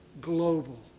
global